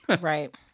Right